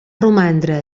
romandre